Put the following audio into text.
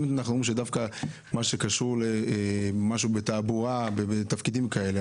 אם אנחנו רואים שמה שקשור לתעבורה בתפקידים כאלה,